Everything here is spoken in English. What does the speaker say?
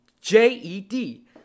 J-E-D